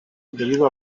debido